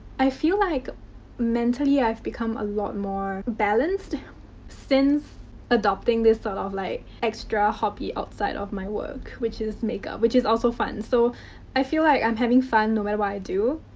i feel like mentally, i've become a lot more balanced since adopting this sort of like. extra hobby outside of my work which is makeup. which is also fun. and so i feel like i'm having fun no matter what i do,